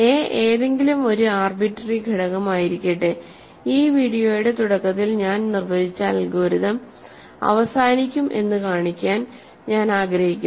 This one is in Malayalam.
എ ഏതെങ്കിലും ഒരു ആർബിട്രറി ഘടകമായിരിക്കട്ടെ ഈ വീഡിയോയുടെ തുടക്കത്തിൽ ഞാൻ നിർവചിച്ച അൽഗോരിതം അവസാനിക്കും എന്ന് കാണിക്കാൻ ഞാൻ ആഗ്രഹിക്കുന്നു